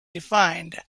defined